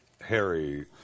Harry